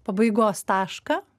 pabaigos tašką